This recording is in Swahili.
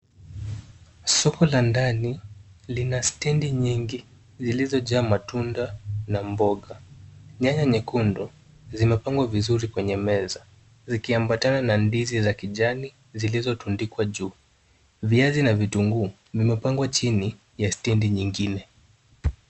Soko la ndani lina stendi nyingi zilizojaa matunda na mboga. Nyanya nyekundu zimepangwa vizuri kwenye meza, zikiambatana na ndizi za kijani zilizotundikwa juu. Viazi na vitunguu vimepangwa chini ya stendi nyingine.